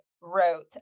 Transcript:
wrote